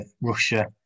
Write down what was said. Russia